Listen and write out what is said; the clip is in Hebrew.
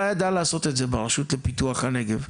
ידעה לעשות את זה ברשות לפיתוח הנגב.